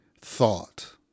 thought